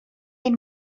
این